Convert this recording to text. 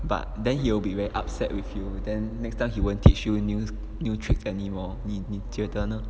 but then he will be very upset with you then next time he won't teach you any new new tricks anymore 你你觉得呢